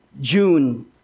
June